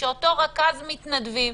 שאותו רכז מתנדבים,